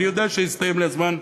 אני יודע שהסתיים לי הזמן,